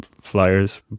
flyers